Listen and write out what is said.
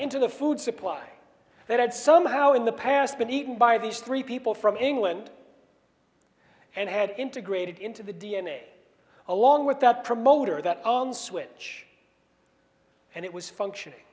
into the food supply that had somehow in the past been eaten by these three people from england and had integrated into the d n a along with that promoter that own switch and it was functioning